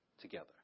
together